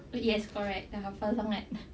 yes correct dah hafal sangat